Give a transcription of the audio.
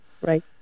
Right